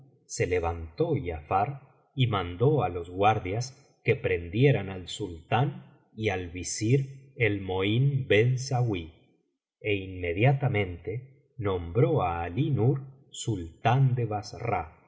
se levantó giafar y mandó á los guardias que prendieran al sultán y al visir el mohín ben sauí é inmediatamente nombró á alí nur sultán de bassra